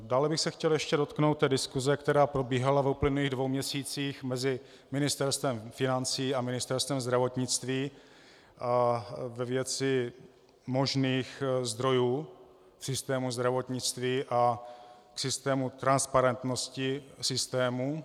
Dále bych se chtěl ještě dotknout diskuse, která probíhala v uplynulých dvou měsících mezi Ministerstvem financí a Ministerstvem zdravotnictví ve věci možných zdrojů v systému zdravotnictví a v systému transparentnosti systému.